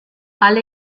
alle